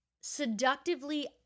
seductively